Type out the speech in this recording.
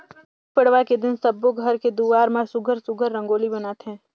गुड़ी पड़वा के दिन सब्बो घर के दुवार म सुग्घर सुघ्घर रंगोली बनाथे